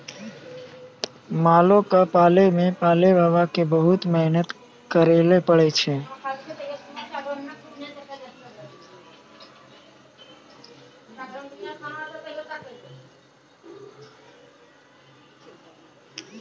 मालो क पालै मे पालैबाला क बहुते मेहनत करैले पड़ै छै